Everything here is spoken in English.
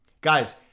Guys